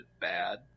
bad